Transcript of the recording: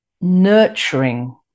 nurturing